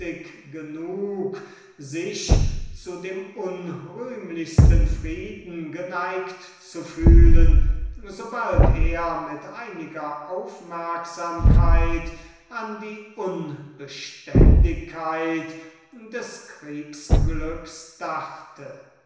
genug sich zu dem unrühmlichsten frieden geneigt zu fühlen so bald er mit einiger aufmerksamkeit an die unbeständigkeit des kriegs glückes dachte